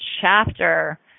chapter